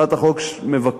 הצעת החוק מבקשת